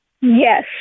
Yes